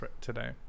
today